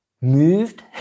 moved